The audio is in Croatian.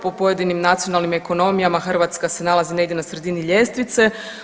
Po pojedinim nacionalnim ekonomijama Hrvatska se nalazi negdje na sredini ljestvice.